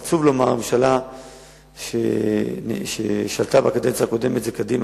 זה עצוב לומר: הממשלה ששלטה בקדנציה הקודמת היא קדימה,